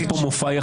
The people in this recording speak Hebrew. יש פה מופע יחיד.